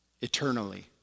eternally